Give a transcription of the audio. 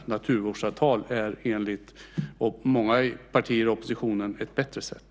Naturvårdsavtal är enligt många partier i oppositionen ett bättre sätt.